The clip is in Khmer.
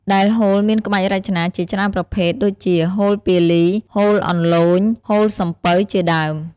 ដែលហូលមានក្បាច់រចនាជាច្រើនប្រភេទ ដូចជាហូលពាលី ហូលអន្លូញ ហូលសំពៅ ជាដើម ។